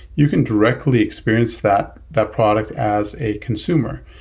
you can directly experience that that product as a consumer.